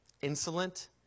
insolent